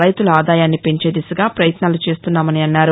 రైతుల ఆదాయాన్ని పెంచే దిశగా ప్రయత్నాలు చేస్తున్నామన్నారు